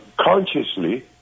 consciously